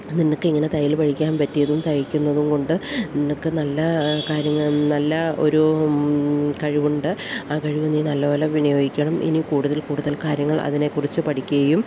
നിനക്കിങ്ങനെ തയ്യൽ പഠിക്കാൻ പറ്റിയതും തയ്ക്കുന്നതും കൊണ്ട് നിനക്ക് നല്ല കാര്യങ്ങൾ നല്ല ഒരു കഴിവുണ്ട് ആ കഴിവു നീ നല്ലപോലെ വിനിയോഗിക്കണം ഇനി കൂടുതൽ കൂടുതൽ കാര്യങ്ങൾ അതിനെക്കുറിച്ച് പഠിക്കുകയും